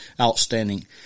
Outstanding